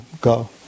go